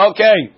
Okay